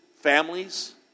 families